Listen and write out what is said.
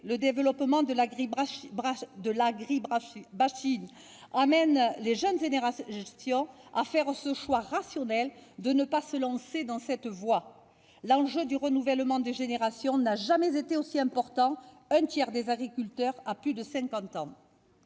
le développement de l'agri-bashing conduisent les jeunes générations à faire le choix rationnel de ne pas se lancer dans cette voie. L'enjeu du renouvellement des générations n'a jamais été aussi important : un tiers des agriculteurs a plus de 50 ans.